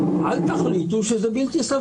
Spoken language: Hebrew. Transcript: על ידי בית